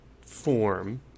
Form